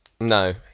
No